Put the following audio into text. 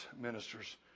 ministers